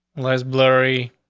let's blurry,